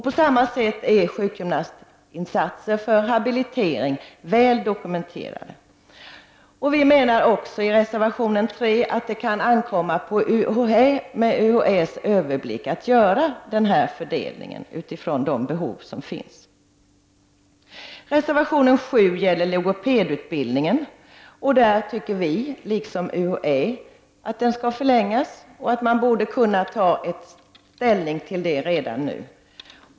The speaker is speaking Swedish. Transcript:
På samma sätt är sjukgymnastinsatser för habilitering väl dokumenterade. Vi menar också i reservation 3 att det kan ankomma på UHÄ med dess överblick att göra fördelningen utifrån de behov som finns. Reservation 7 gäller logopedutbildningen. Vi tycker, liksom UHÄ, att den skall förlängas och att man borde kunna ta ställning till detta redan nu.